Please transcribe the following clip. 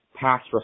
past